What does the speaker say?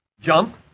Jump